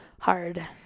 hard